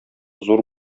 зур